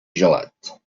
gelat